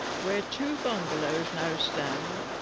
where two bungalows now stand.